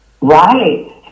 right